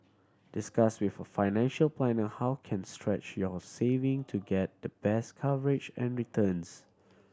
discuss with a financial planner how can stretch your saving to get the best coverage and returns